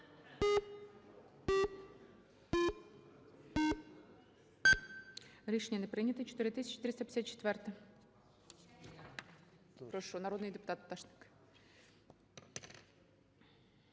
Рішення не прийнято. 4354-а. Прошу, народний депутат Пташник.